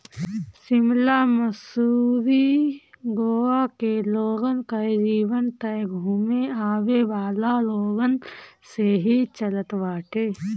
शिमला, मसूरी, गोवा के लोगन कअ जीवन तअ घूमे आवेवाला लोगन से ही चलत बाटे